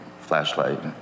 flashlight